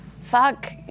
Fuck